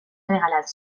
regalat